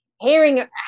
hearing